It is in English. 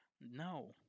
no